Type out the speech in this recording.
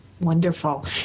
Wonderful